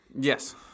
Yes